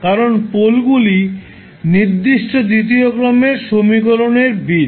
কারণ পোলগুলি নির্দিষ্ট দ্বিতীয় ক্রমের সমীকরণের বীজ